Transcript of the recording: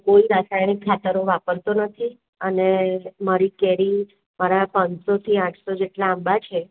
હું કોઈ રાસાયણિક ખાતર વાપરતો નથી અને મારી કેરી મારા પાચસોથી આંઠસો જેટલાં આંબા છે